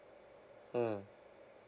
mm